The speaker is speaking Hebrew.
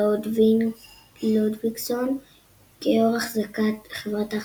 לודביגסון כיו"ר חברת ההחזקות.